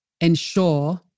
ensure